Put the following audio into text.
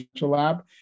lab